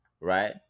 right